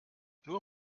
nur